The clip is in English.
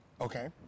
Okay